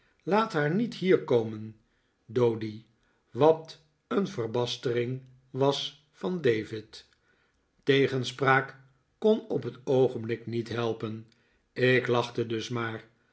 laat haar niet hier komen doady wat een verbastering was van david tegenspraak kon op het oogenblik niet helpen ik lachte dus maar